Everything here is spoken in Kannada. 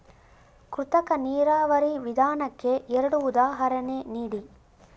ಕೃತಕ ನೀರಾವರಿ ವಿಧಾನಕ್ಕೆ ಎರಡು ಉದಾಹರಣೆ ನೀಡಿ?